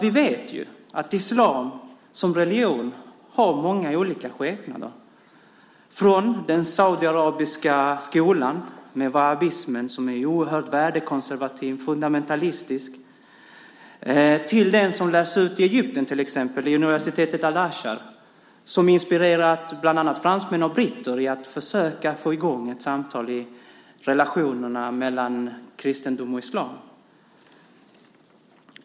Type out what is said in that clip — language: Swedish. Vi vet ju att islam som religion har många olika skepnader, från den saudiarabiska skolan med wahhabismen som är oerhört värdekonservativ och fundamentalistisk, till den som lärs ut i Egypten, till exempel vid universitetet al-Azhar och som har inspirerat bland annat fransmän och britter att försöka få i gång ett samtal om relationerna mellan kristendom och islam.